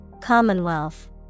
Commonwealth